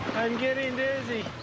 i'm getting dizzy.